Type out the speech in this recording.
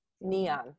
Neon